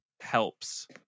helps